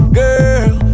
girl